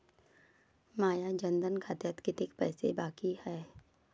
माया जनधन खात्यात कितीक पैसे बाकी हाय?